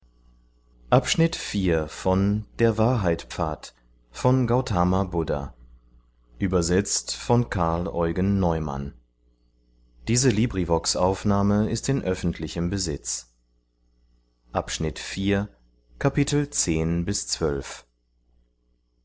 der tod in